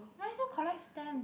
I still collect stamps